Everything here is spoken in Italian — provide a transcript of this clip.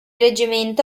reggimento